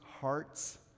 hearts